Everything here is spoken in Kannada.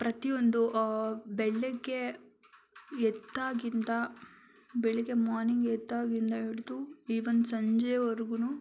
ಪ್ರತಿಯೊಂದು ಬೆಳಗ್ಗೆ ಎದ್ದಾಗಿಂದ ಬೆಳಿಗ್ಗೆ ಮಾನಿಂಗ್ ಎದ್ದಾಗಿಂದ ಹಿಡಿದು ಈವನ್ ಸಂಜೆವರೆಗೂನೂ